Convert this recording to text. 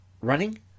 running